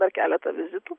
dar keletą vizitų